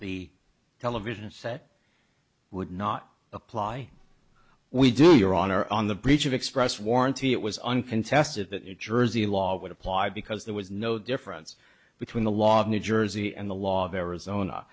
the television set would not apply we do your honor on the breach of express warranty it was uncontested that jersey law would apply because there was no difference between the law of new jersey and the law of arizona